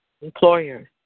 Employers